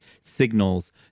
signals